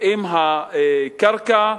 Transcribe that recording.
עם הקרקע.